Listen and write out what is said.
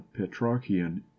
Petrarchian